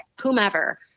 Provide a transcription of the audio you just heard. whomever